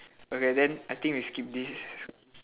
okay then I think we skip this